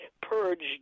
purged